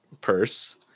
purse